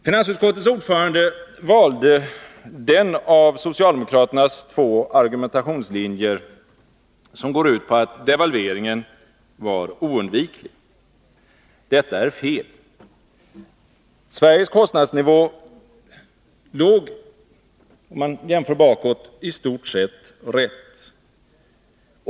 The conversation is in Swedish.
Finansutskottets ordförande valde den av socialdemokraternas två argumentationslinjer som går ut på att devalveringen var oundviklig. Detta är fel. Sveriges kostnadsnivå låg, vid en jämförelse bakåt, i stort sett rätt.